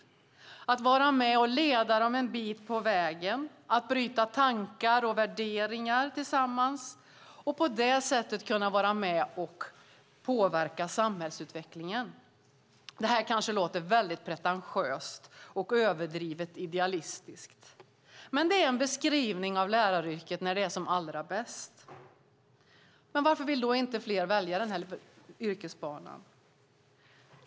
Det handlar om att var med och leda dem en bit på vägen, att bryta tankar och värderingar tillsammans och på det sättet kunna vara med och påverka samhällsutvecklingen. Detta kanske låter väldigt pretentiöst och överdrivet idealistiskt, men det är en beskrivning av läraryrket när det är som allra bäst. Varför vill då inte fler välja den yrkesbanan?